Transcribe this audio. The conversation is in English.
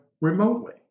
remotely